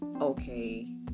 okay